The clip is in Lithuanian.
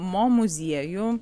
mo muziejų